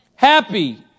Happy